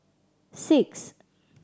six